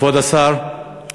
כבוד השר.